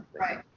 Right